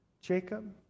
Jacob